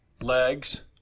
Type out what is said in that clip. legs